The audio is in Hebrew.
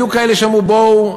היו כאלה שאמרו: בואו,